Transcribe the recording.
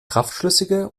kraftschlüssige